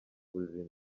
buzima